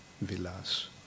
Vilas